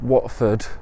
Watford